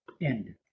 end